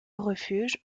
refuge